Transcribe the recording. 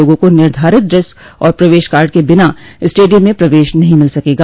लोगों को निर्धारित ड्रेस और प्रवेश कार्ड के बिना स्टेडियम में प्रवेश नहीं मिल सकेगा